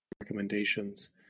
recommendations